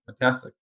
fantastic